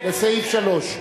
בסעיף 3?